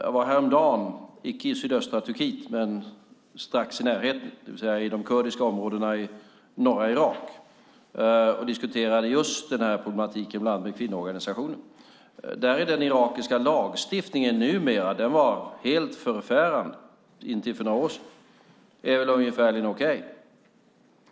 Jag var häromdagen icke i sydöstra Turkiet men strax i närheten i de kurdiska områdena i norra Irak och diskuterade just den här problematiken bland annat med kvinnoorganisationer. Där är den irakiska lagstiftningen som var helt förfärande till för några år sedan numera ungefärligen okej.